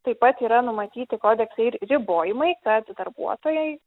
taip pat yra numatyti kodeksai ir ribojimai kad darbuotojai